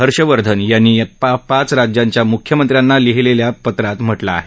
हर्षवर्धन यांनी या पाच राज्यांच्या मुख्यमंत्र्यांना लिहिलेल्या पत्रात म्हटलं आहे